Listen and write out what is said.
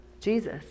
Jesus